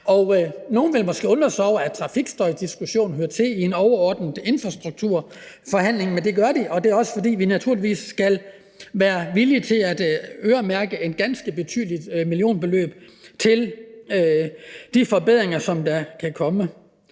Nogle vil måske undre sig over, at trafikstøjsdiskussionen hører til i en overordnet infrastrukturforhandling, men det gør den, og det er også, fordi vi naturligvis skal være villige til at øremærke et ganske betydeligt millionbeløb til de forbedringer, som der kan komme.